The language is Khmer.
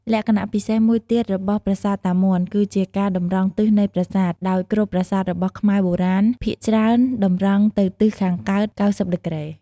លក្ខណៈពិសេសមួយទៀតរបស់ ប្រាសាទតាមាន់ គឺជាការតម្រង់ទិសនៃប្រាសាទ ដោយគ្រប់ប្រាសាទរបស់ខ្មែរបុរាណ ភាគច្រើនតម្រង់ទៅទិសខាងកើត ៩០ ដឺក្រេ។